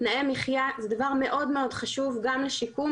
תנאי מחיה זה דבר מאוד חשוב גם לשיקום.